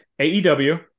AEW